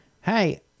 hey